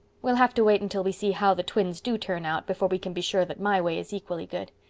we'll have to wait until we see how the twins do turn out before we can be sure that my way is equally good.